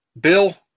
Bill